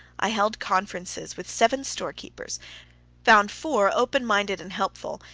i held conferences with seven storekeepers found four open-minded and helpful,